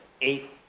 eight